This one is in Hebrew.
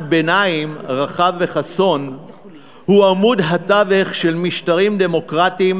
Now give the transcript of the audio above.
ביניים רחב וחסון הוא עמוד התווך של משטרים דמוקרטיים,